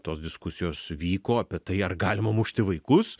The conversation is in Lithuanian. tos diskusijos vyko apie tai ar galima mušti vaikus